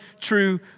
true